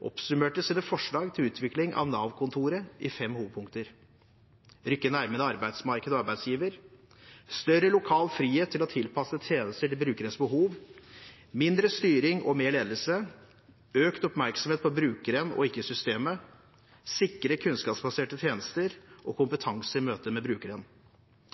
oppsummerte sine forslag til utvikling av Nav-kontoret i fem hovedpunkter: rykke nærmer arbeidsmarkedet og arbeidsgiver større lokal frihet til å tilpasse tjenester til brukerens behov mindre styring og mer ledelse økt oppmerksomhet på brukeren og ikke på systemet sikre kunnskapsbaserte tjenester og kompetanse i møte med brukeren